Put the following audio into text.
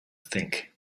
think